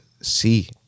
see